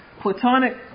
Platonic